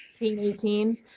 18